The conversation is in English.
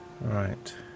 right